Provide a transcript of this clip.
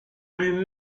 lui